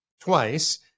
twice